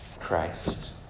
Christ